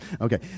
Okay